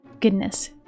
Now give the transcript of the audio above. Goodness